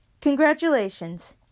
Congratulations